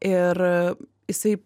ir jisai